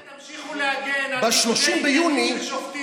ואתם תמשיכו להגן על ניגודי עניינים של שופטים,